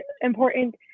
important